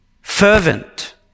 fervent